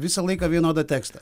visą laiką vienodą tekstą